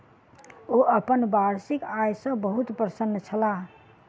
ओ अपन वार्षिक आय सॅ बहुत प्रसन्न छलाह